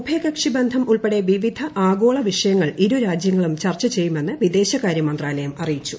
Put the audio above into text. ഉഭയകക്ഷി ബന്ധം ഉൾപ്പെടെ വിവിധ ആഗോള വിഷയങ്ങൾ ഇരുരാജ്യങ്ങളും ചർച്ച ചെയ്യുമെന്ന് വിദേശകാര്യ മന്ത്രാലയം അറിയിച്ചു